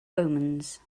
omens